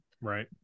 Right